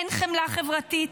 אין חמלה חברתית,